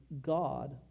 God